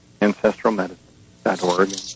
ancestralmedicine.org